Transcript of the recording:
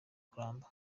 kuramba